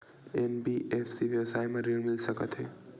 NBFC व्यवसाय मा ऋण मिल सकत हे